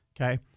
Okay